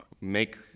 make